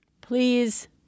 please